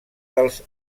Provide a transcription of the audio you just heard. dels